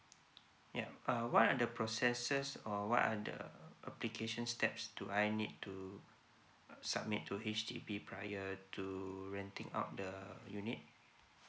yup uh what are the processes or what are the uh application steps do I need to submit to H_D_B prior to renting out the unit